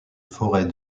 forêt